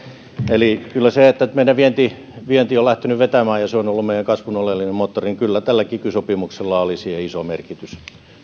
eli kyllä sille että meidän vienti vienti on lähtenyt vetämään ja se on ollut meidän kasvun oleellinen moottori tällä kiky sopimuksella oli iso merkitys